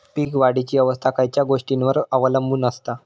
पीक वाढीची अवस्था खयच्या गोष्टींवर अवलंबून असता?